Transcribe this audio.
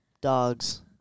Dogs